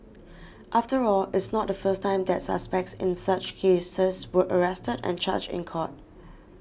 after all it's not the first time that suspects in such cases were arrested and charged in court